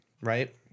right